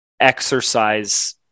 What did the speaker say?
exercise